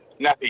nappy